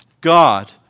God